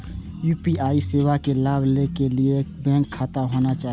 UPI सेवा के लाभ लै के लिए बैंक खाता होना चाहि?